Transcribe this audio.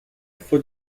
for